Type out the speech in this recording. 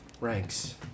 ranks